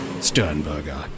Sternberger